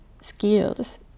skills